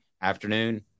afternoon